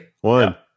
One